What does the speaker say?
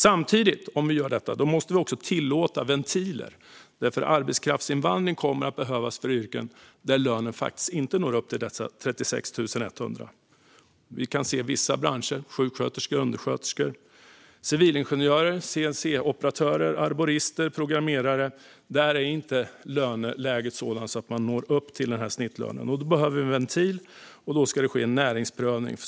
Samtidigt med detta måste vi dock tillåta ventiler. Arbetskraftsinvandring kommer att behövas även i yrken där lönen inte når upp till 36 100. Vi kan se vissa branscher som sjuksköterskor och undersköterskor, civilingenjörer, CNC-operatörer, arborister och programmerare. Där är löneläget inte sådant att man når upp till snittlönen. Då behövs en ventil, och då ska det ske en näringsprövning.